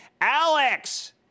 Alex